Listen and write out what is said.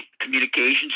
Communications